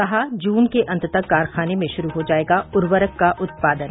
कहा जून के अंत तक कारखाने में शुरू हो जाएगा उर्वरक का उत्पादन